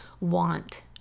want